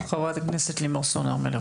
חברת הכנסת לימור סון הר מלך,